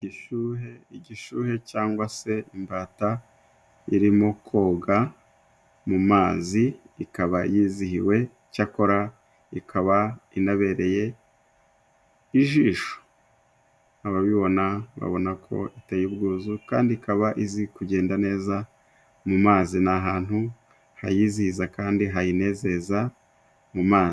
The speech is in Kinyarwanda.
Ishuhe, igishyuhe cyangwa se imbata irimo koga mu mazi, ikaba yizihiwe cyakora ikaba inabereye ijisho, ababibona babona ko iteye ubwuzu kandi ikaba izi kugenda neza mu mazi ni ahantu hayizihiza kandi hayinezeza mu mazi.